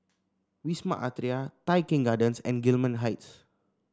Wisma Atria Tai Keng Gardens and Gillman Heights